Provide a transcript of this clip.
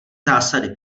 zásady